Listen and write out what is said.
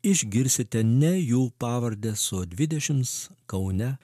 išgirsite ne jų pavardes o dvidešimts kaune